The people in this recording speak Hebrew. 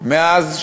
מאז,